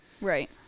Right